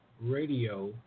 Radio